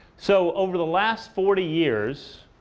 so over the last forty years,